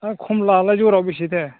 हा खमलायालाय जरायाव बेसेथो